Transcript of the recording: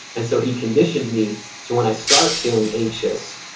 and so he conditioned me to when i start feeling anxious,